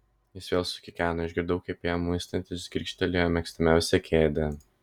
jis vėl sukikeno išgirdau kaip jam muistantis girgžteli jo mėgstamiausia kėdė